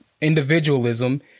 individualism